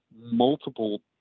multiple